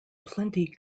plenty